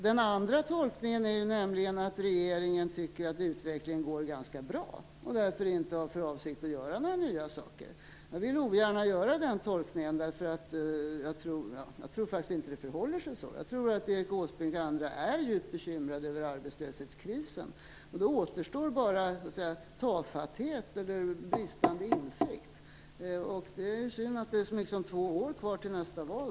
Den andra tolkningen är att regeringen tycker att utvecklingen går ganska bra och därför inte har för avsikt att göra mer. Jag vill ogärna göra den tolkningen, eftersom jag faktiskt inte tror att det förhåller sig så. Jag tror att Erik Åsbrink och andra är djupt bekymrade över arbetslöshetskrisen. Då återstår bara tafatthet eller bristande insikt. Det är synd att det är så mycket som två år kvar till nästa val.